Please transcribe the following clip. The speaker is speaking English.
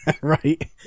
right